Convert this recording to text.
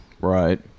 Right